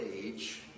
age